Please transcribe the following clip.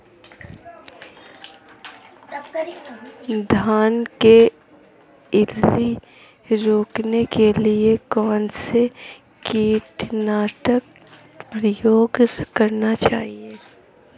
धान में इल्ली रोकने के लिए कौनसे कीटनाशक का प्रयोग करना चाहिए?